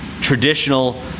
traditional